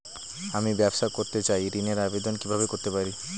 আমি ব্যবসা করতে চাই ঋণের আবেদন কিভাবে করতে পারি?